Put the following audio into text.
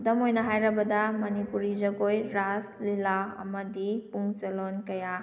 ꯈꯨꯗꯝ ꯑꯣꯏꯅ ꯍꯥꯏꯔꯕꯗ ꯃꯅꯤꯄꯨꯔꯤ ꯖꯒꯣꯏ ꯔꯥꯖ ꯂꯤꯂꯥ ꯑꯃꯗꯤ ꯄꯨꯡ ꯆꯣꯂꯣꯝ ꯀꯌꯥ